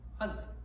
husband